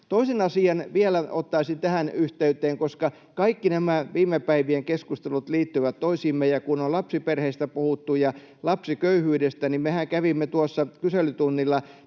Toisen asian vielä ottaisin tähän yhteyteen, koska kaikki nämä viime päivien keskustelut liittyvät toisiinsa. On puhuttu lapsiperheistä ja lapsiköyhyydestä, ja mehän kävimme kyselytunnilla